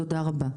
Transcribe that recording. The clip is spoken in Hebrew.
תודה רבה.